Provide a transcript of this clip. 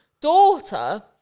daughter